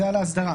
זה על האסדרה.